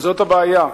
זאת הבעיה.